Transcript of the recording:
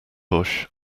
bush